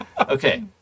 Okay